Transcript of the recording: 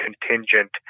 contingent